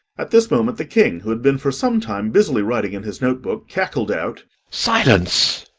at this moment the king, who had been for some time busily writing in his note-book, cackled out silence!